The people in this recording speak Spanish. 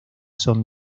son